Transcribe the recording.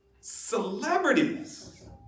Celebrities